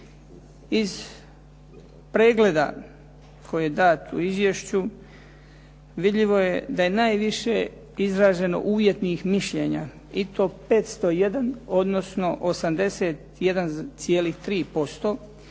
Iz pregleda koji je dat u izvješću vidljivo je da je najviše izraženo uvjetnih mišljenja i to 501 odnosno 81,3%,